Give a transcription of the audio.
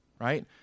right